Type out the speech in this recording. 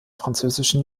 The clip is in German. französischen